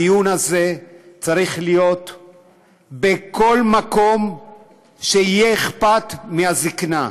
הדיון הזה צריך להיות בכל מקום שבו אכפת מהזקנה.